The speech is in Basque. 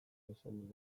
esan